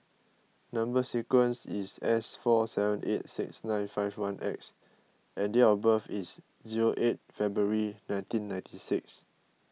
Number Sequence is S four seven eight six nine five one X and date of birth is zero eight February nineteen ninety six